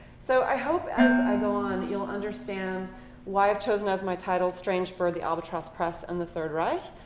so i hope as i go on, you'll understand why i chose and as my title strange bird the albatross press and the third reich.